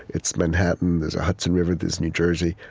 it's manhattan, there's a hudson river, there's new jersey,